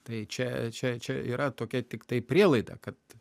tai čia čia čia yra tokia tiktai prielaida kad